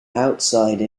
outside